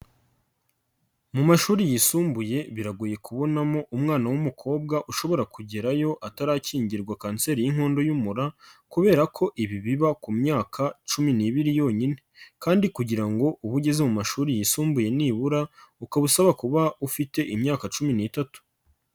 Mu mashuri yisumbuye biragoye kubonamo umwana w'umukobwa ushobora kugerayo atarakingirwa Kanseri y'inkondo y'umura kubera ko ibi biba ku myaka cumi'ibiri yonyine kandi kugira ngo ubu ugeze mu mashuri yisumbuye nibura, ukaba usaba kuba ufite imyaka cumi n'itatu.